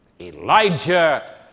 Elijah